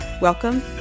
Welcome